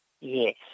Yes